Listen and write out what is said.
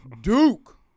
Duke